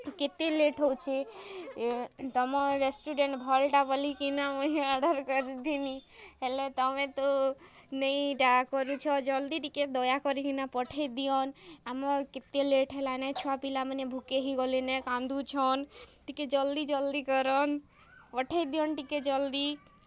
କେତେ ଲେଟ୍ ହେଉଛେ ଏ ତମର୍ ରେଷ୍ଟୁରାଣ୍ଟ୍ ଭଲ୍ଟା ବୋଲିକିନା ମୁଇଁ ଅର୍ଡ଼ର୍ କରିଥିଲି ହେଲେ ତମେ ତ ନାଇଁ ଇ'ଟା କରୁଛ ଜଲ୍ଦି ଟିକେ ଦୟାକରି କିନା ପଠେଇ ଦେଉନ୍ ଆମର୍ କେତେ ଲେଟ୍ ହେଲାନେ ଛୁଆପିଲା ମାନେ ଭୁକେ ହେଇଗଲେନେ କାନ୍ଦୁଛନ୍ ଟିକେ ଜଲ୍ଦି ଜଲ୍ଦି କରୁନ୍ ପଠେଇ ଦେଉନ୍ ଟିକେ ଜଲ୍ଦି